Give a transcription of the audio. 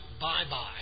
Bye-bye